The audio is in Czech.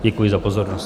Děkuji za pozornost.